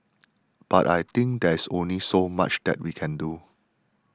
but I think there's only so much that we can do